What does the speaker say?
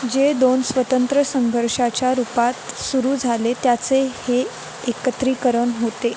जे दोन स्वतंत्र संघर्षाच्या रूपात सुरू झाले त्याचे हे एकत्रीकरण होते